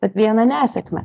tik vieną nesėkmę